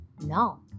No